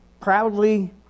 proudly